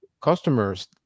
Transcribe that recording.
customers